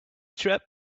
trip